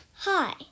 Hi